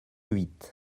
huit